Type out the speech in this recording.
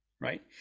Right